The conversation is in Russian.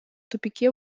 тупике